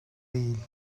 değil